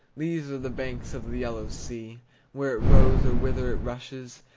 these are the banks of the yellow sea where it rose, or whither it rushes,